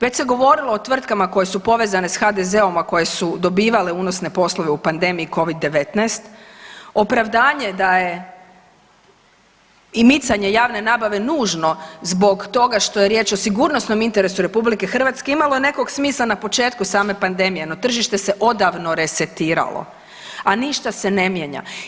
Već se govorilo o tvrtkama koje su povezane s HDZ-om, a koje su dobivale unosne poslove u pandemiji covid-19, opravdanje da je i micanje javne nabave nužno zbog toga što je riječ o sigurnosnom interesu RH imalo je nekog smisla na početku same pandemije, no tržište se odavno resetiralo, a ništa se ne mijenja.